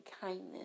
kindness